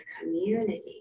community